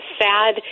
sad